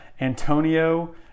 Antonio